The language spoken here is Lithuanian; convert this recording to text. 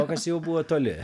o kas jau buvo toli